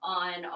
on